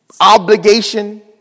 obligation